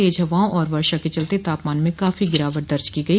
तेज हवाओं और वर्षा के चलते तापमान में काफी गिरावट दर्ज की गई